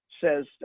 says